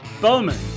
Bowman